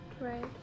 right